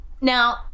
Now